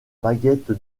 baguette